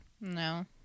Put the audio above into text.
No